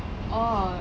orh